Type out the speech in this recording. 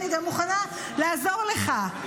אני מוכנה לעזור לך.